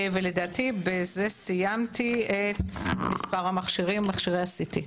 לדעתי בזה סיימתי את מספר מכשירי ה-CT.